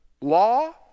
law